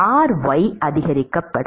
ry அதிகரிக்கப்படும்